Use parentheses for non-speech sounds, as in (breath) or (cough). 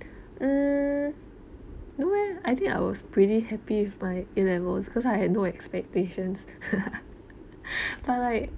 (breath) mm no eh I think I was pretty happy with my A levels cause I had no expectations (laughs) I like